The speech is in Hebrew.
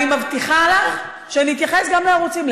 אני מבטיחה לך שאתייחס גם לערוצים,